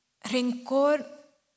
rencor